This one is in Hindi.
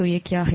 तो ये क्या हैं